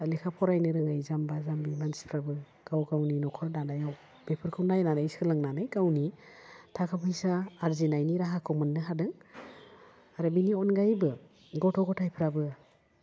लेखा फरायनो रोङै जाम्बा जाम्बि मानसिफ्राबो गाव गावनि न'खर दानायाव बेफोरखौ नायनानै सोलोंनानै गावनि थाखा फैसा आरजिनायनि राहाखौ मोन्नो हादों आरो बेनि अनगायैबो गथ' गथायफ्राबो